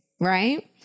Right